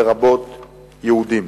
לרבות יהודים.